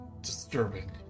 disturbing